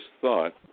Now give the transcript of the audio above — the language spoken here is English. thought